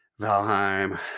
Valheim